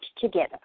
together